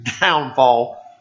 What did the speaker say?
downfall